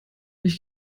ich